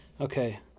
Okay